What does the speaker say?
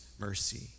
mercy